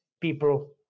people